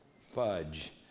fudge